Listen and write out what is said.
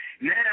now